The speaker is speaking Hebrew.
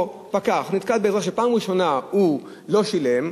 או פקח נתקל באזרח שפעם ראשונה לא שילם,